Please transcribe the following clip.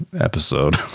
episode